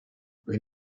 when